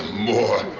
more.